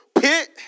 pit